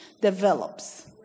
develops